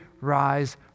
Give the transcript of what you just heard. rise